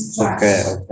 okay